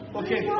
okay